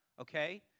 Okay